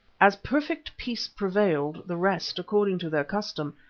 as perfect peace prevailed, the rest, according to their custom,